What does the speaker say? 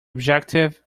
objective